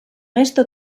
esto